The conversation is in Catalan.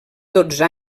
dotze